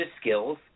skills